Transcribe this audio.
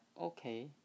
okay